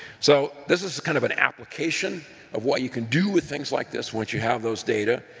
so this is kind of an application of what you can do with things like this once you have those data.